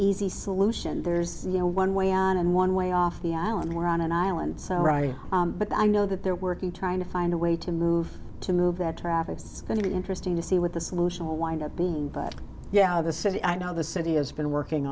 easy solution there's you know one way and one way off the island there on an island so right but i know that they're working trying to find a way to move to move that traffic is going to be interesting to see what the solution will wind up being but yeah the city i know the city has been working